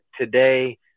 today